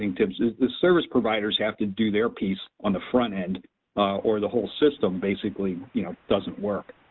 thing tim, the service providers have to do their piece on the front end or the whole system basically you know doesn't work.